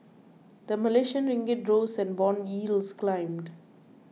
the Malaysian Ringgit rose and bond yields climbed